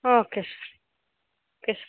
okay sir